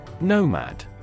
Nomad